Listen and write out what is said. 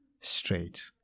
straight